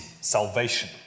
Salvation